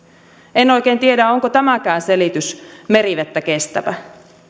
en oikein tiedä onko tämäkään selitys merivettä kestävä